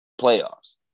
Playoffs